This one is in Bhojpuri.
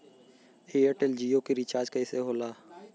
एयरटेल जीओ के रिचार्ज कैसे होला?